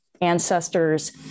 ancestors